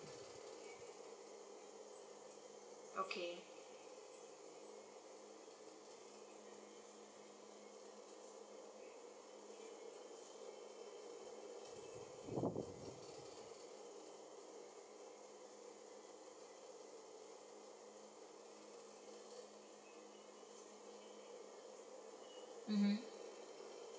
okay